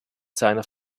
seiner